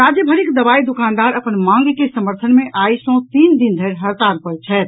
राज्य भरिक दवाई दुकानदार अपन मांग के समर्थन मे आइ सॅ तीन दिन धरि हड़ताल पर छथि